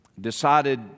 decided